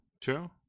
True